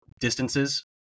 distances